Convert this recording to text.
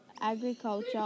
agriculture